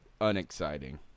unexciting